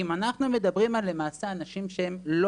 אם אנחנו מדברים למעשה על אנשים שהם לא